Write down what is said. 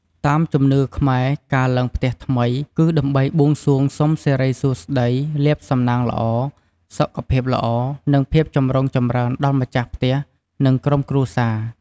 តាមជំនឿខ្មែរ ការឡើងផ្ទះថ្មី គឺដើម្បីបួងសួងសុំសិរីសួស្ដី លាភសំណាងល្អ សុខភាពល្អ និងភាពចម្រុងចម្រើនដល់ម្ចាស់ផ្ទះ និងក្រុមគ្រួសារ។